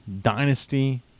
dynasty